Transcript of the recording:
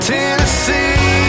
Tennessee